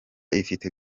ifite